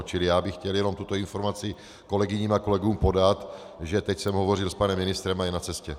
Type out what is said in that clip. Čili já bych chtěl jenom tuto informaci kolegyním a kolegům podat, že teď jsem hovořil s panem ministrem a je na cestě.